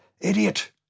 Idiot